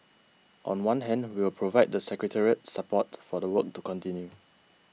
on one hand we'll provide the secretariat support for the work to continue